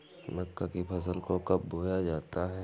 मक्का की फसल को कब बोया जाता है?